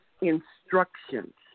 instructions